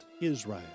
Israel